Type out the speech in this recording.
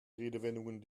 redewendungen